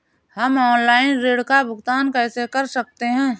हम ऑनलाइन ऋण का भुगतान कैसे कर सकते हैं?